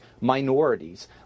minorities